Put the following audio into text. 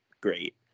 great